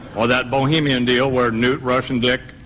or that bohemian deal were newt, rush and dick.